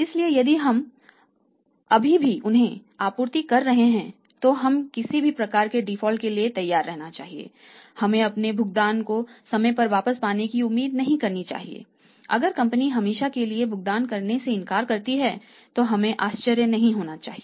इसलिए यदि हम अभी भी उन्हें आपूर्ति कर रहे हैं तो हमें किसी भी प्रकार के डिफ़ॉल्ट के लिए तैयार रहना चाहिए हमें अपने भुगतान को समय पर वापस पाने की उम्मीद नहीं करनी चाहिए अगर कंपनी हमेशा के लिए भुगतान करने से इनकार करती है तो हमें आश्चर्य नहीं होना चाहिए